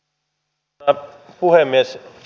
arvoisa puhemies